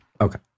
Okay